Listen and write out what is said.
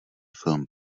film